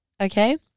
Okay